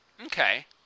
Okay